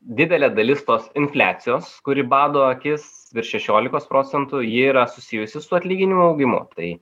didelė dalis tos infliacijos kuri bado akis virš šešiolikos procentų ji yra susijusi su atlyginimų augimu tai